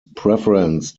preference